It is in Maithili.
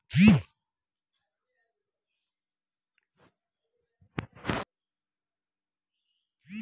पोखरि सँ सहो खेत पटाएल जाइ छै